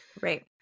Right